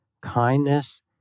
kindness